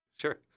Sure